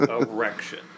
Erection